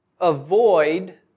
avoid